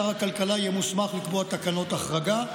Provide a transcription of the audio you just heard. שר הכלכלה יהיה מוסמך לקבוע תקנות החרגה.